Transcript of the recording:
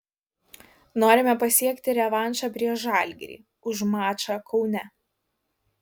norime pasiekti revanšą prieš žalgirį už mačą kaune